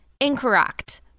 incorrect